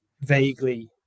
vaguely